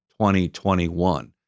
2021